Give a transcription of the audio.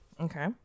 Okay